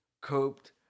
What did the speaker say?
coped